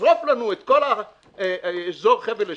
ישרוף לנו את כל אזור חבל אשכול,